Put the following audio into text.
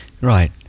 Right